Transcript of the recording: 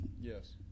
Yes